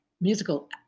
musical